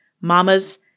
Mamas